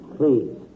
please